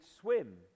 swim